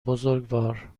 بزرگوار